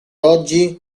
oggi